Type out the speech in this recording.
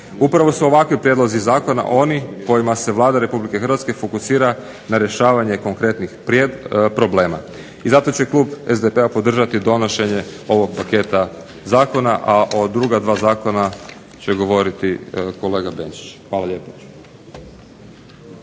Upravo su ovakvi prijedlozi zakona oni kojima se Vlada Republike Hrvatske fokusira na rješavanje konkretnih problema. I zato će Klub SDP-a podržati donošenje ovog paketa zakona, a o druga dva zakona će govoriti kolega Benčić. Hvala lijepo.